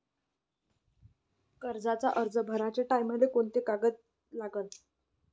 कर्जाचा अर्ज भराचे टायमाले कोंते कागद लागन?